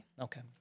Okay